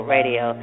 Radio